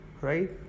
right